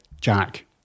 Jack